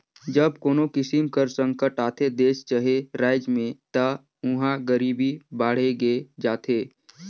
जब कोनो किसिम कर संकट आथे देस चहे राएज में ता उहां गरीबी बाड़गे जाथे